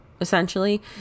essentially